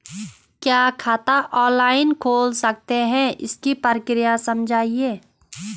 क्या खाता ऑनलाइन खोल सकते हैं इसकी प्रक्रिया समझाइए?